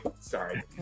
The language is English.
Sorry